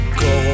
go